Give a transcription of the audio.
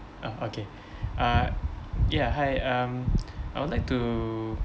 oh okay uh ya hi um I would like to